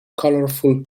colorful